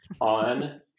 on